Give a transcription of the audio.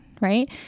right